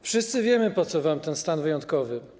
Wszyscy wiemy, po co wam ten stan wyjątkowy.